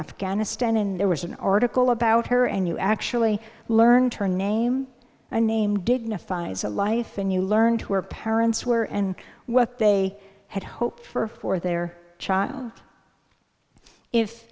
afghanistan and there was an article about her and you actually learn turn name a name dignifies a life and you learned where parents were and what they had hoped for for their child if